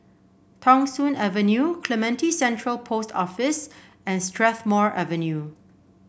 Thong Soon Avenue Clementi Central Post Office and Strathmore Avenue